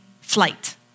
flight